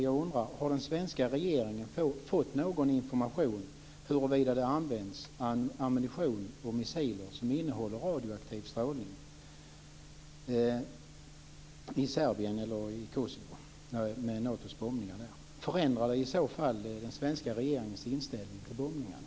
Jag undrar: Har den svenska regeringen fått någon information huruvida Nato använder ammunition och missiler som innehåller radioaktiv strålning i Serbien eller i Kosovo? Förändrar det i så fall den svenska regeringens inställning till bombningarna?